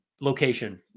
location